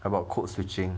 about code switching